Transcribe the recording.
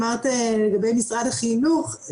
אמרת לגבי משרד החינוך,